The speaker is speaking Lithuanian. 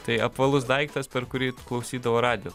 tai apvalus daiktas per kurį klausydavo radijo